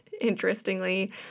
interestingly